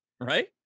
Right